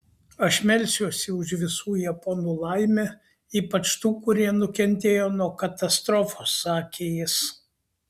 aš melsiuosi už visų japonų laimę ypač tų kurie nukentėjo nuo katastrofos sakė jis